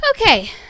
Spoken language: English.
Okay